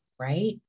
right